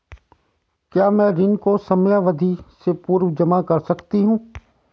क्या मैं ऋण को समयावधि से पूर्व जमा कर सकती हूँ?